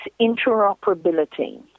interoperability